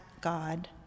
God